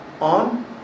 on